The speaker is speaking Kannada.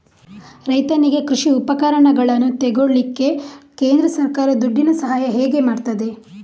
ರೈತನಿಗೆ ಕೃಷಿ ಉಪಕರಣಗಳನ್ನು ತೆಗೊಳ್ಳಿಕ್ಕೆ ಕೇಂದ್ರ ಸರ್ಕಾರ ದುಡ್ಡಿನ ಸಹಾಯ ಹೇಗೆ ಮಾಡ್ತದೆ?